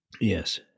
Yes